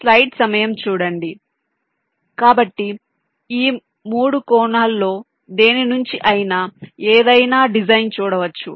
Refer Slide Time 0330 కాబట్టి 3 కోణాల్లో దేనినైనా ఏదైనా డిజైన్ చూడవచ్చు